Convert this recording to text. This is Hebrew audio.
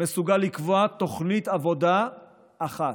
שמסוגל לקבוע תוכנית עבודה אחת,